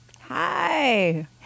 hi